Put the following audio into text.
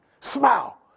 Smile